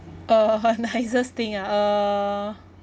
uh nicest thing ah uh